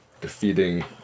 defeating